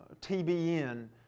tbn